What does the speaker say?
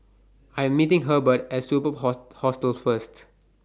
I Am meeting Hebert At Superb Hostel First